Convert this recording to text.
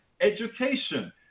Education